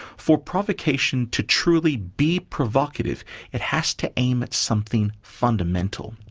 for provocation to truly be provocative it has to aim at something fundamental.